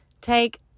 take